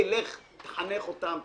לך תחנך אותם,